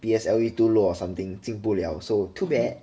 P_S_L_E too low or something 进不了 so too bad